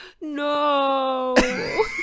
No